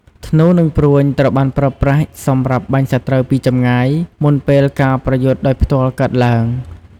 ធ្នូ និងព្រួញត្រូវបានប្រើប្រាស់សម្រាប់បាញ់សត្រូវពីចម្ងាយ មុនពេលការប្រយុទ្ធដោយផ្ទាល់កើតឡើង។